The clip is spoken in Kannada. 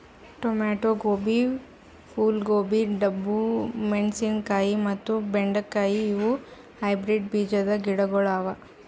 ಟೊಮೇಟೊ, ಗೋಬಿ, ಫೂಲ್ ಗೋಬಿ, ಡಬ್ಬು ಮೆಣಶಿನಕಾಯಿ ಮತ್ತ ಬೆಂಡೆ ಕಾಯಿ ಇವು ಹೈಬ್ರಿಡ್ ಬೀಜದ್ ಗಿಡಗೊಳ್ ಅವಾ